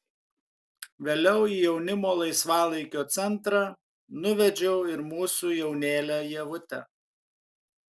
vėliau į jaunimo laisvalaikio centrą nuvedžiau ir mūsų jaunėlę ievutę